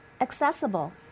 accessible